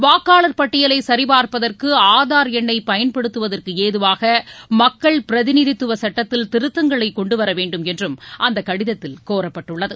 வாக்காளர் பட்டியலை சரிபார்ப்பதற்கு ஆதார் எண்ணை பயன்படுத்துவதற்கு ஏதுவாக மக்கள் பிரதிநிதித்துவ சுட்டத்தில் திருத்தங்களை கொண்டு வர வேண்டும் என்றும் அந்த கடிதத்தில் கோரப்பட்டுள்ளது